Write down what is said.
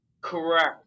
correct